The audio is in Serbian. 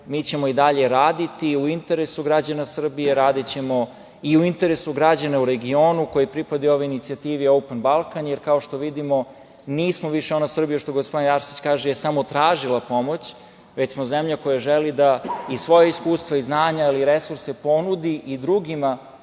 mi ćemo i dalje raditi u interesu građana Srbije, radićemo i u interesu građana u regionu koji pripadaju ovoj inicijativi „Otvoreni Balkan“, jer, kao što vidimo, nismo više ona Srbija, što gospodin Arsić kaže, koja je samo tražila pomoć, već smo zemlja koja želi svoja iskustva i znanja, ali i resurse ponudi i drugima,